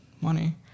money